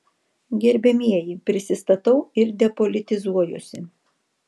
gerbiamieji prisistatau ir depolitizuojuosi